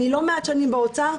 אני לא מעט שנים באוצר,